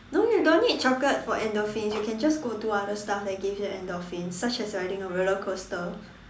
no you don't need chocolate for endorphins you can just go do other stuff that give you endorphins such as riding a roller coaster